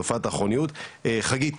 חגית,